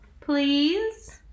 please